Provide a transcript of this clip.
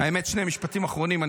שני משפטים אחרונים.